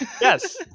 Yes